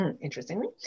interestingly